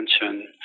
attention